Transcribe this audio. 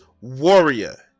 warrior